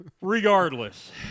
Regardless